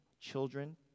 Children